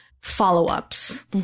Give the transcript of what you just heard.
follow-ups